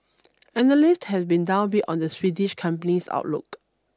analysts have been downbeat on the Swedish company's outlook